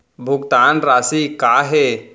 भुगतान राशि का हे?